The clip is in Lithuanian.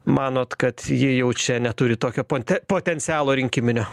manot kad ji jau čia neturi tokio ponte potencialo rinkiminio